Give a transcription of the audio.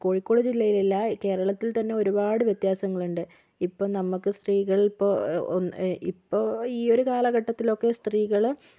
കോഴിക്കോട് ജില്ലയിൽ അല്ല കേരളത്തിൽ തന്നെ ഒരുപാട് വ്യത്യാസങ്ങളുണ്ട് ഇപ്പോൾ നമുക്ക് സ്ത്രീകൾ ഇപ്പോൾ ഒന്ന് ഇപ്പോൾ ഈ ഒരു കാലഘട്ടത്തിലൊക്കെ സ്ത്രീകൾ